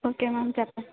okay ma'am చెప్పండి